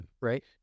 Right